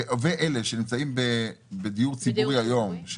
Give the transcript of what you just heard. ואלה שנמצאים בדיור ציבורי היום,